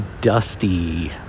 dusty